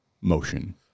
motion